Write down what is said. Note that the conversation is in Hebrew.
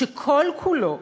שכל כולו,